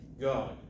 God